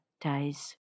days